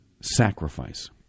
sacrifice